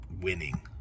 winning